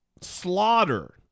slaughter